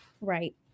Right